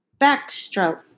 Backstroke